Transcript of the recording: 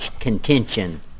contention